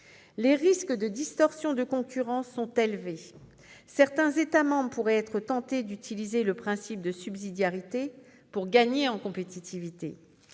Les risques de distorsion de concurrence sont élevés : certains États membres pourraient être tentés d'utiliser le principe de subsidiarité pour gagner en compétitivité